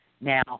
Now